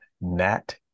Nat